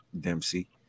Dempsey